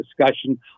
discussion